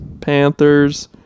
Panthers